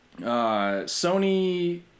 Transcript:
Sony